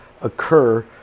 occur